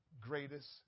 Greatest